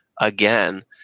again